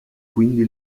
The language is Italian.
quindi